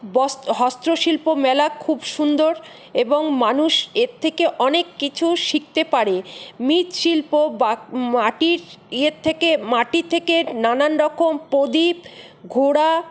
বস্ত্র হস্তশিল্প মেলা খুব সুন্দর এবং মানুষ এর থেকে অনেক কিছু শিখতে পারে মৃৎশিল্প বা মাটির ইয়ের থেকে মাটি থেকে নানা রকম প্রদীপ ঘোড়া